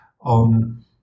on